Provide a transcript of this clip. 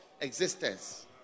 existence